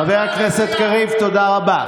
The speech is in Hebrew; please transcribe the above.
חבר הכנסת קריב, תודה רבה.